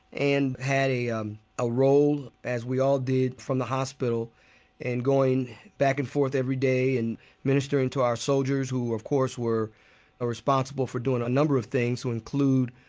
and had a um a role, as we all did, from the hospital in going back and forth every day and ministering to our soldiers, who, of course, were responsible for doing a number of things, to include,